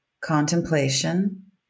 contemplation